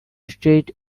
straight